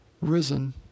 risen